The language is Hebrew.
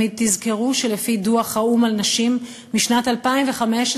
תמיד תזכרו שלפי דוח האו"ם על נשים בשנת 2015,